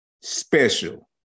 special